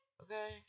okay